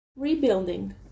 Rebuilding